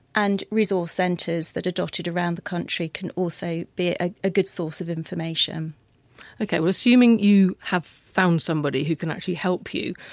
and resource centres that are dotted around the country can also be a ah good source of information okay well assuming you have found somebody who can actually help you,